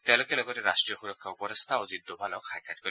তেওঁলোকে লগতে ৰাষ্ট্ৰীয় সূৰক্ষা উপদেষ্টা অজিত ডোভাল সাক্ষাৎ কৰিব